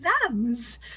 exams